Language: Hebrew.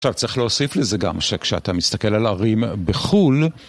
עכשיו צריך להוסיף לזה גם, שכשאתה מסתכל על ערים בחו"ל...